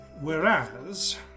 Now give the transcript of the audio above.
Whereas